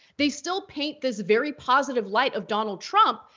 they still paint this very positive light of donald trump,